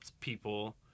people